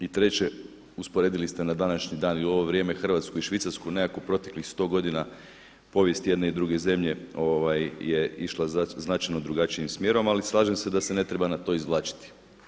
I treće usporedili ste na današnji dan i u ovo vrijeme Hrvatsku i Švicarsku, nekakvu u proteklih 100 godina povijest jedne i druge zemlje je išla značajno drugačijim smjerom ali slažem se da se ne treba na to izvlačiti.